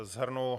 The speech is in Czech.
Shrnu.